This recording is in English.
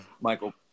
Michael –